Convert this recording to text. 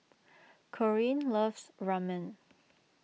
Corrine loves Ramen